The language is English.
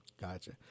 Gotcha